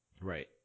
Right